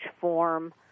form